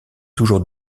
toujours